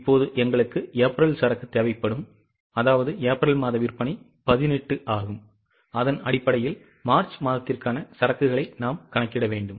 இப்போது எங்களுக்கு ஏப்ரல் சரக்கு தேவைப்படும் அதாவது ஏப்ரல் மாத விற்பனை 18 ஆகும் அதன் அடிப்படையில் மார்ச் மாதத்திற்கான சரக்குகளை கணக்கிடுங்கள்